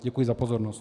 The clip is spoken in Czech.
Děkuji za pozornost.